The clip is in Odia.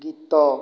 ଗୀତ